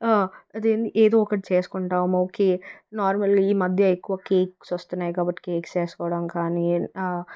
అది ఏదో ఒకటి చేసుకుంటాం ఓకే నార్మల్ ఈ మధ్య ఎక్కువ కేక్స్ వస్తున్నాయి కాబట్టి కేక్ చేసుకోవడం కాని